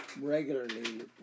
regularly